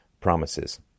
promises